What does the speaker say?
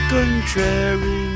Contrary